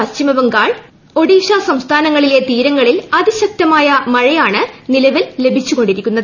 പശ്ചിമബംഗാൾ ഒഡ്വീഷ്ട് സംസ്ഥാനങ്ങളിലെ തീരങ്ങളിൽ അതിശക്തമായ മഴയ്ടൂണ്ട് നിലവിൽ ലഭിച്ചുകൊണ്ടിരിക്കുന്നത്